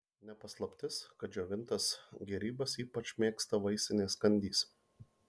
ne paslaptis kad džiovintas gėrybes ypač mėgsta vaisinės kandys